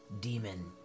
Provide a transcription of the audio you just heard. demon